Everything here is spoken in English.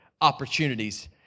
opportunities